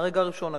אגב,